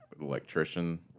electrician